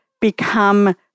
become